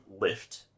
lift